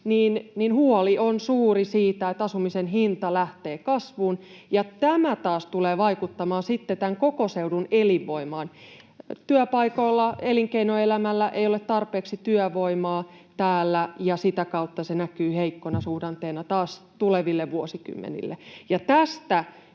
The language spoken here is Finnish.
huoli on suuri, että asumisen hinta lähtee kasvuun. Tämä taas tulee vaikuttamaan sitten tämän koko seudun elinvoimaan. Työpaikoilla ja elinkeinoelämällä ei ole tarpeeksi työvoimaa täällä, ja sitä kautta se näkyy heikkona suhdanteena taas tuleville vuosikymmenille.